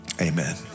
Amen